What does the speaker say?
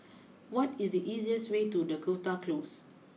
what is the easiest way to Dakota close